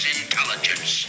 intelligence